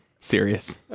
Serious